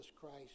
Christ